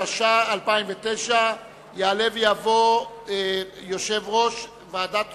התש"ע 2009, יעלה ויבוא יושב-ראש ועדת החוקה,